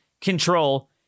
control